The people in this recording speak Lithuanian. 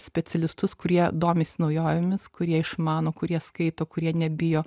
specialistus kurie domisi naujovėmis kurie išmano kurie skaito kurie nebijo